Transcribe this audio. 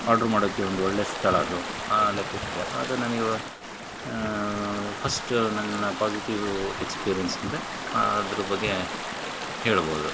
order ಮಾಡೋಕ್ಕೆ ಒಂದು ಒಳ್ಳೆಯ ಸ್ಥಳ ಅದು ಆ ಲೆಕ್ಕಕ್ಕೆ ಅದು ನನಗೆ ಒ ಫಸ್ಟ್ ನನ್ನ ಪಾಸಿಟೀವು ಎಕ್ಸ್ಪೀರಿಯನ್ಸ್ ಅಂದರೆ ಅದ್ರ ಬಗ್ಗೆ ಹೇಳ್ಬೋದು